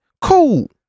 cool